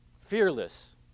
Fearless